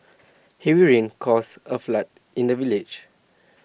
heavy rains caused A flood in the village